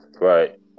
Right